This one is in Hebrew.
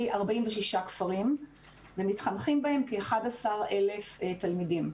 46 כפרים ומתחנכים בהם כ-11,000 תלמידים.